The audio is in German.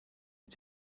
mit